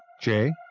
Jay